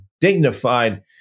dignified